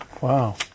Wow